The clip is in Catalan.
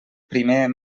primer